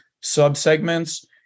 sub-segments